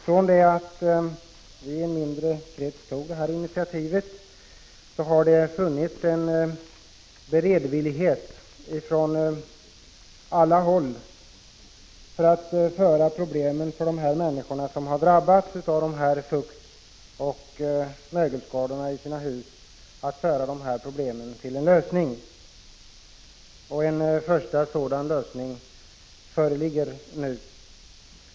Från det att vi toginitiativet till fempartimotionen har det funnits en beredvillighet på alla håll att komma fram till en lösning på problemen för de människor som har drabbats av fuktoch mögelskador i sina hus. En första sådan lösning föreligger nu.